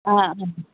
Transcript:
हा हा